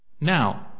Now